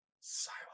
silence